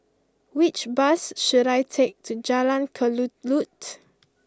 which bus should I take to Jalan Kelulut